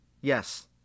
Yes